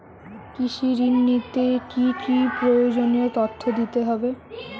কৃষি ঋণ নিতে কি কি প্রয়োজনীয় তথ্য দিতে হবে?